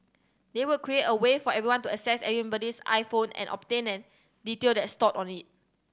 they would create a way for anyone to access anybody's iPhone and obtain an detail that's stored on it